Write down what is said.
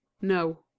No